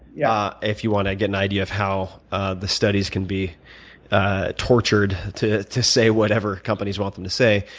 yeah. if you want to get an idea of how ah the studies can be ah tortured to to say whatever companies want them to say.